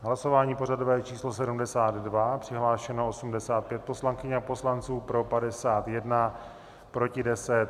Hlasování pořadové číslo 72. Přihlášeno 85 poslankyň a poslanců, pro 51, proti 10.